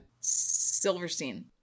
Silverstein